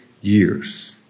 years